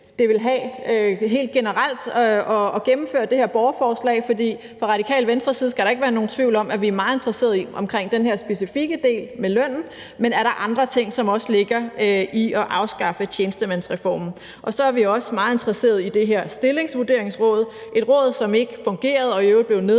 det helt generelt vil have at gennemføre det her borgerforslag. For fra Radikale Venstres side skal der ikke være nogen tvivl om, at vi er meget interesserede i den her specifikke del med lønnen, men er der også andre ting, som ligger i det at afskaffe tjenestemandsreformen? Vi er så også meget interesserede i det her stillingsvurderingsråd, et råd, som ikke fungerede, og som i øvrigt blev nedlagt